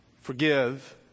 Forgive